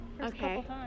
Okay